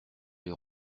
les